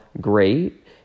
great